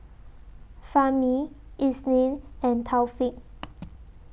Fahmi Isnin and Taufik